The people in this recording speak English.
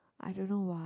I don't know what